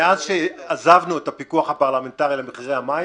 מאז שעזבנו את הפיקוח הפרלמנטרי על מחירי המים